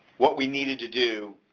what we needed to do,